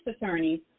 attorneys